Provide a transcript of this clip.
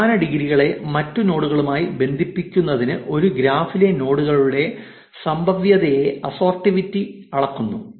സമാന ഡിഗ്രികളെ മറ്റ് നോഡുകളുമായി ബന്ധിപ്പിക്കുന്നതിന് ഒരു ഗ്രാഫിലെ നോഡുകളുടെ സംഭാവ്യതയെ അസ്സോർടെറ്റിവിറ്റി അളക്കുന്നു